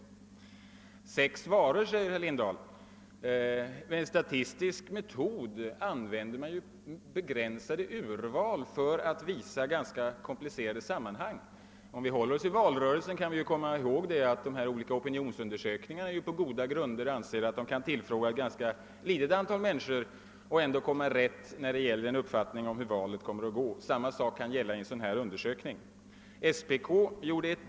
Sedan sade herr Lindahl att sex varor är alldeles för litet i en sådan undersökning, men med statistiska metoder använder man ett begränsat urval för att visa ganska komplicerade sammanhang. Om vi på nytt ser till valrörelsen anser sig ju opinionsundersökarna där kunna tillfråga bara ett litet antal människor och ändå komma rätt i sin uppfattning om hur valet kommer att utfalla. Detsamma gäller vid undersökningar av här ifrågavarande slag.